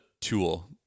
tool